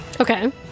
Okay